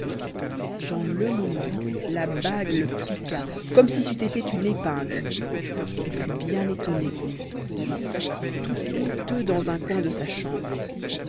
dans le moment la bague le piqua comme si c'eût été une épingle il fut bien étonné et s'assit tout honteux dans un coin de sa chambre